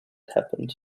happened